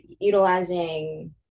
utilizing